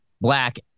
black